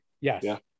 yes